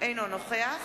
אינו נוכח